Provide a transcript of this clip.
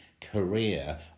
career